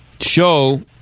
show